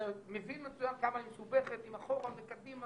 אתה מבין מצוין כמה היא מסובכת מאחורה, מקדימה